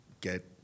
get